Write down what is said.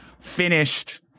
finished